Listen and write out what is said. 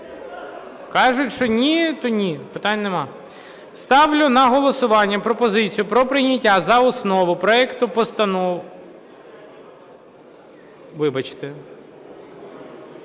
Кажуть, що ні, то ні, питань немає. Ставлю на голосування пропозицію про прийняття за основу проекту постанови… Вибачте.